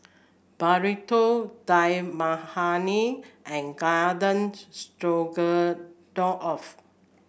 Burrito Dal Makhani and Garden Stroganoff